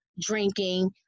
drinking